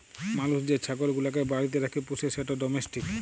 মালুস যে ছাগল গুলাকে বাড়িতে রাখ্যে পুষে সেট ডোমেস্টিক